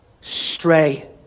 stray